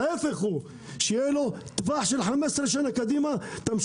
ההפך, שיהיה להם טווח פרנסה קדימה ל-15